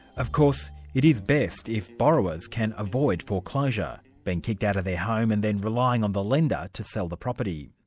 of course it is best if borrowers can avoid foreclosure, being kicked out of their home and then relying on the lender to sell the property.